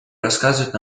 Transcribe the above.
рассказывают